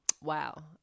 wow